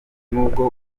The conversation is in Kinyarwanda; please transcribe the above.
n’ubwo